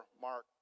Mark